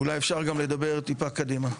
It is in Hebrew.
ואולי אפשר לדבר גם טיפה קדימה.